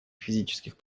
физических